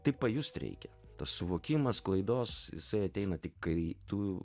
tai pajust reikia tas suvokimas klaidos jisai ateina tik kai tu